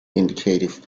indicative